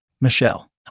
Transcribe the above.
Michelle